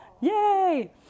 Yay